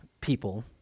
people